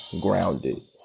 Grounded